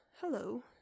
hello